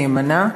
נאמנה.